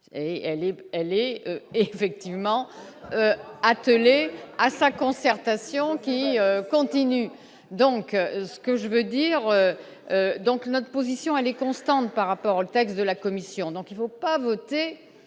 elle est effectivement attelé à sa concertation qui continue donc ce que je veux dire, donc notre position, elle est constante par rapport, le texte de la Commission, donc il faut pas voter